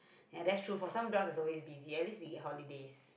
ya that's true for some jobs it's always busy at least we get holidays